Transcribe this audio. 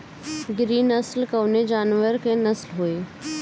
गिरी नश्ल कवने जानवर के नस्ल हयुवे?